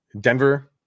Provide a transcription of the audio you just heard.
Denver